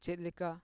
ᱪᱮᱫ ᱞᱮᱠᱟ